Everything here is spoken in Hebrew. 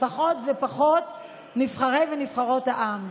ופחות ופחות נבחרי ונבחרות העם.